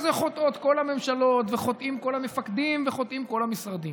בזה חוטאות כל הממשלות וחוטאים כל המפקדים וחוטאים כל המשרדים.